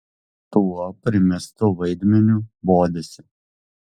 tuo primestu vaidmeniu bodisi